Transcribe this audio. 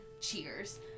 cheers